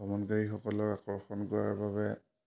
ভ্ৰমণকাৰীসকলৰ আকৰ্ষণ কৰাৰ বাবে